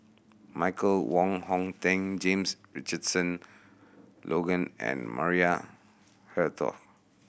Michael Wong Hong Teng James Richardson Logan and Maria Hertogh